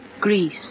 Greece